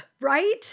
Right